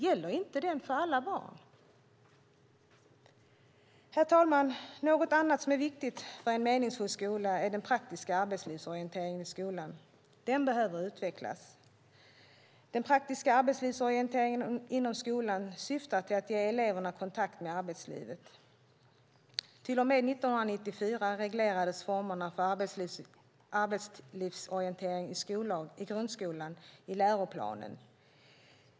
Gäller inte den för alla barn? Herr talman! Något annat som är viktigt för en meningsfull skola är den praktiska arbetslivsorienteringen. Den behöver utvecklas. Den praktiska arbetslivsorienteringen inom skolan syftar till att ge eleverna kontakt med arbetslivet. Till och med 1994 reglerades formerna för arbetslivsorientering i grundskolan i läroplanen.